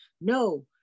no